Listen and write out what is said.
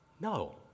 No